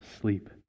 sleep